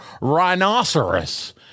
rhinoceros